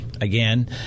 again